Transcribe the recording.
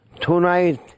tonight